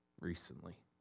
recently